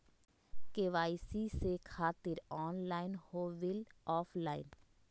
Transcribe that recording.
KYC से खातिर online हो बिल ऑफलाइन?